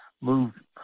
moved